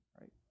right